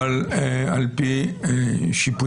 אבל על פי שיפוטי,